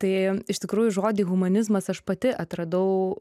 tai iš tikrųjų žodį humanizmas aš pati atradau